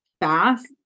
fast